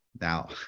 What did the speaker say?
now